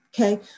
okay